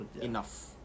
enough